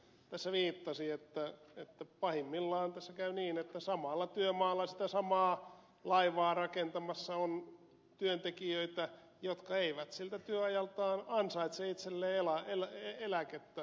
kallis tässä viittasi että pahimmillaan tässä käy niin että samalla työmaalla sitä samaa laivaa rakentamassa on työntekijöitä jotka eivät siltä työajaltaan ansaitse itselleen eläkettä